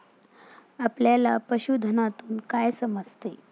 आपल्याला पशुधनातून काय समजते?